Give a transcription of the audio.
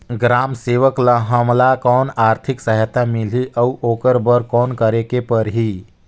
ग्राम सेवक ल हमला कौन आरथिक सहायता मिलही अउ ओकर बर कौन करे के परही?